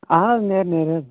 اَہَن حظ نیرِ نیرِ حظ